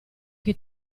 che